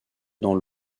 dans